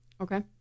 Okay